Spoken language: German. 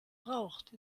braucht